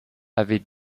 avait